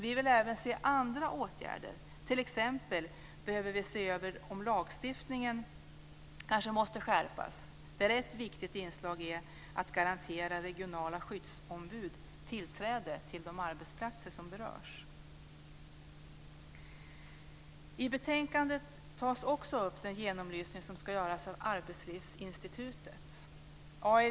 Vi vill även se andra åtgärder. Vi behöver t.ex. se över om lagstiftningen måste skärpas. Ett viktigt inslag är att garantera regionala skyddsombud tillträde till de arbetsplatser som berörs. I betänkandet tas också den genomlysning som ska göras av Arbetslivsinstitutet upp.